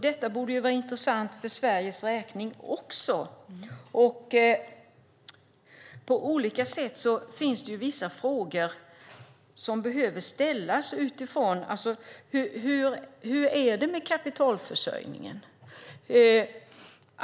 Detta borde vara intressant för Sverige också. Det finns vissa frågor som behöver ställas. Hur är det med kapitalförsörjningen?